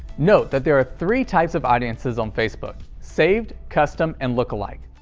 note that there are three types of audiences on facebook. saved, custom and lookalike.